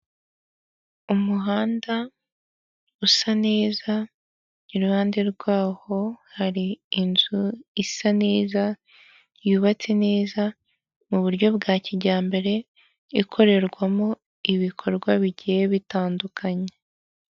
Umukandida wiyamamariza kuba perezida wa repubulika w'ishyaka rya green gurini pate Frank Habineza ari kwiyamamaza abanyamakuru bagenda bamufotora abamwungirije n'abamuherekeje bamugaragiye abaturage bitabiriye inyuma ya senyegi yaho ari bitabiriye baje kumva ibyo abagezaho.